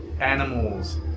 Animals